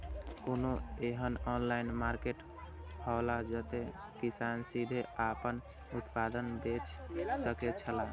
कोनो एहन online market हौला जते किसान सीधे आपन उत्पाद बेच सकेत छला?